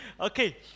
Okay